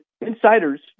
insiders